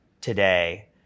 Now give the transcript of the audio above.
today